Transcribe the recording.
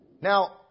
Now